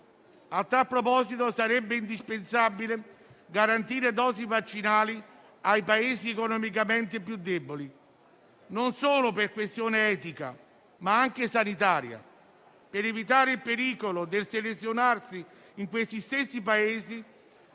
A tal proposito sarebbe indispensabile garantire dosi vaccinali ai Paesi economicamente più deboli, per una questione non solo etica, ma anche sanitaria, per evitare il pericolo del selezionarsi di possibili